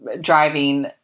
driving